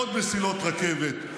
עוד מסילות רכבת,